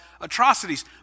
atrocities